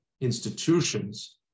institutions